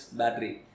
battery